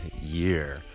year